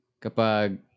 kapag